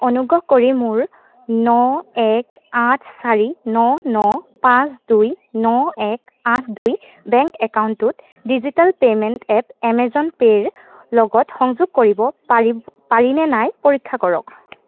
অনুগ্ৰহ কৰি মোৰ ন এক আঠ চাৰি ন ন পাঁচ দুই ন এক আঠ দুই বেংক একাউণ্টটো ডিজিটেল পে'মেণ্ট এপ এমেজন পে'ৰ লগত সংযোগ কৰিব পাৰি পাৰিনে নাই পৰীক্ষা কৰক